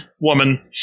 woman